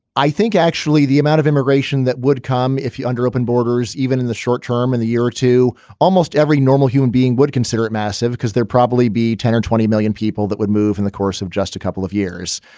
i think actually the amount of immigration that would come if you under open borders, even in the short term in the year to almost every normal human being, would consider it massive because there probably be ten or twenty million people that would move in the course of just a couple of years.